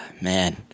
Man